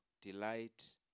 delight